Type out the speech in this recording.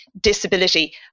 disability